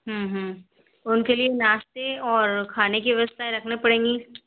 हूँ हूँ उनके लिए नाश्ते और खाने की व्यवस्था रखनी पड़ेगी